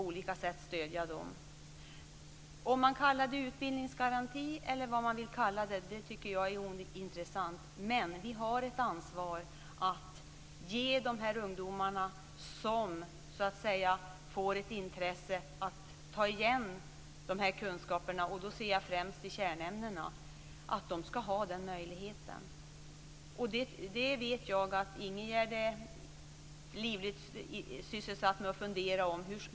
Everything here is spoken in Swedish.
Om man kallar det utbildningsgaranti eller något annat tycker jag är ointressant, men vi har ett ansvar för att ge de ungdomar som blir intresserade av att ta igen kunskaper - jag tänker främst på kärnämnena - den möjligheten. Jag vet att Ingegerd är livligt sysselsatt med att fundera över detta.